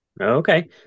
Okay